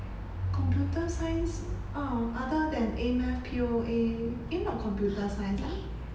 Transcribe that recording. computer science oh other than a math P_O_A eh not computer science lah